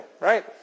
right